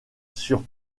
sur